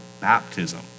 baptism